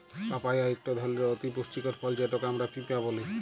papaya ইকট ধরলের অতি পুষ্টিকর ফল যেটকে আমরা পিঁপা ব্যলি